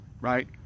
right